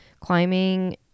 climbing